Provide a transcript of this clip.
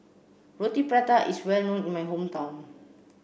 Roti Prata is well known in my hometown